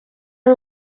are